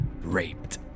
Raped